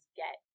get